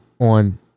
on